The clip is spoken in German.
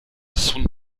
sun